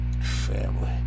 Family